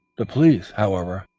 the police, however,